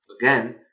again